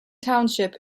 township